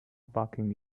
parking